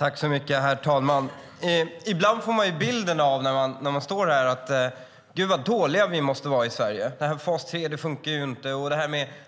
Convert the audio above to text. Herr talman! Ibland när man står här får man denna bild: Gud vad dåliga vi måste vara i Sverige! Fas 3 fungerar ju inte, och